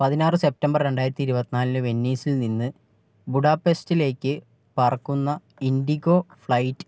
പതിനാറ് സെപ്റ്റംബർ രണ്ടായിരത്തി ഇരുപത്തിനാലിന് വെനീസിൽ നിന്ന് ബുഡാപെസ്റ്റിലേക്ക് പറക്കുന്ന ഇൻഡിഗോ ഫ്ലൈറ്റ്